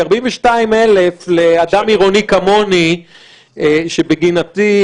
כי 42,000 לאדם עירוני כמוני שבגינתי,